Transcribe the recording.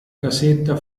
casetta